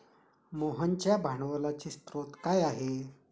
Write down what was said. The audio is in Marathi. मोहनच्या भांडवलाचे स्रोत काय आहे?